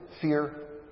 fear